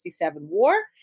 war